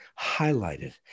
highlighted